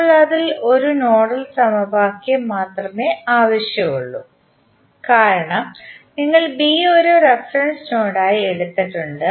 ഇപ്പോൾ അതിൽ ഒരു നോഡൽ സമവാക്യം മാത്രമേ ആവശ്യമുള്ളൂ കാരണം നിങ്ങൾ ബി ഒരു റഫറൻസ് നോഡായി എടുത്തിട്ടുണ്ട്